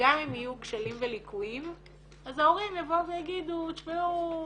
וגם אם יהיו קשיים וליקויים אז ההורים יבואו ויגידו תשמעו,